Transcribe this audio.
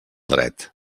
dret